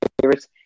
favorites